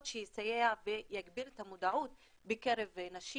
שיסייע ויגביר את המודעות בקרב נשים